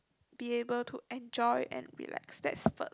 be able to enjoy and relax that's a first